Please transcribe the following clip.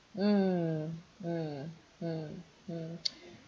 mm mm mm mm